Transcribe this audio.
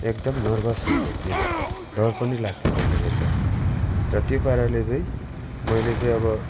एकदम नर्सभ हुन्थ्यो फिल डर पनि लाग्थ्यो मैले हेर्दा र त्यो पाराले चाहिँ मैले चाहिँ अब